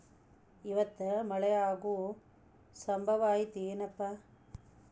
ಇವತ್ತ ಮಳೆ ಆಗು ಸಂಭವ ಐತಿ ಏನಪಾ?